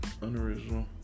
unoriginal